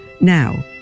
now